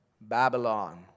Babylon